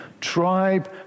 tribe